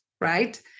right